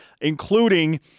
including